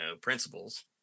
principles